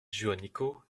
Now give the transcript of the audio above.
juanico